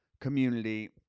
community